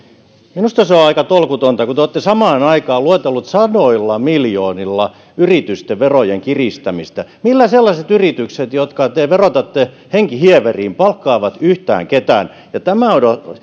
minusta se on aika tolkutonta kun te olette samaan aikaan luetellut sadoilla miljoonilla yritysten verojen kiristämistä millä sellaiset yritykset jotka te verotatte henkihieveriin palkkaavat yhtään ketään tämä